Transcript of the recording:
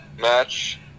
match